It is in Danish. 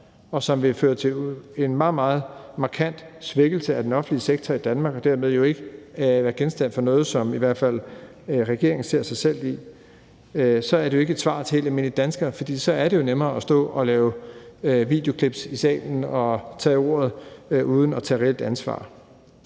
og som vil føre til en meget, meget markant svækkelse af den offentlige sektor i Danmark og dermed ikke er genstand for noget, som i hvert fald regeringen ser sig selv i, så er det ikke et svar til helt almindelige danskere, og så er det jo nemmere at stå og lave videoklip i salen og tage ordet uden at tage reelt ansvar.